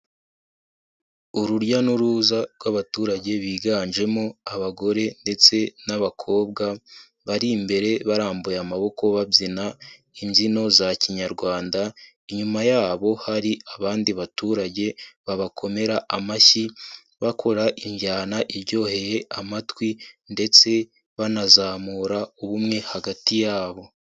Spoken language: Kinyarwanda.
Ururya n'uruza rw'abaturage biganjemo abagore ndetse n'abakobwa, bari imbere barambuye amaboko babyina imbyino za kinyarwanda. Inyuma yabo hari abandi baturage babakomera amashyi bakora injyana iryoheye amatwi, ndetse banazamura ubumwe hagati yabo.